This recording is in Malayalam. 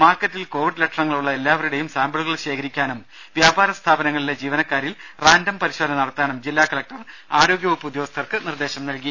മാർക്കറ്റിൽ കോവിഡ് ലക്ഷണങ്ങൾ ഉള്ള എല്ലാവരുടേയും സാമ്പിളുകൾ ശേഖരിക്കാനും വ്യാപാര സ്ഥാപനങ്ങളിലെ ജീവനക്കാരിൽ റാൻഡം പരിശോധന നടത്താനും ജില്ലാ കലക്ടർ ആരോഗ്യ വകുപ്പ് ഉദ്യോഗസ്ഥർക്ക് നിർദേശം നൽകി